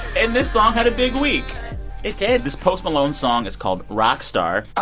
and this song had a big week it did this post malone song is called rockstar.